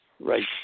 Right